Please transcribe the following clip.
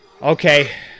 Okay